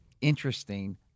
interesting